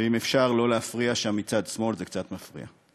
אם אפשר לא להפריע שם מצד שמאל, זה קצת מפריע.